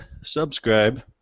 subscribe